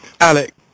Alec